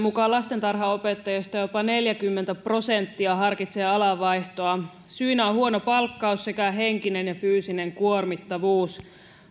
mukaan lastentarhanopettajista jopa neljäkymmentä prosenttia harkitsee alanvaihtoa syinä ovat huono palkkaus sekä henkinen ja fyysinen kuormittavuus